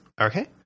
Okay